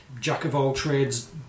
jack-of-all-trades